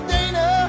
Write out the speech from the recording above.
Dana